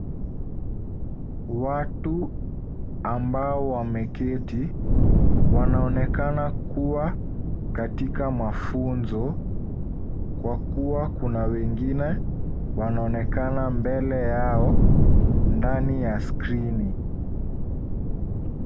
Watu ambao wameketi wanaonekana kuwa katika mafunzo kwa kuwa kuna wengine wanaonekana mbele yao ndani ya skrini.